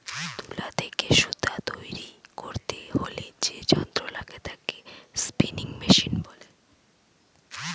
তুলা থেকে সুতা তৈরী করতে হলে যে যন্ত্র লাগে তাকে স্পিনিং মেশিন বলে